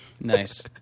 Nice